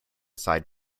side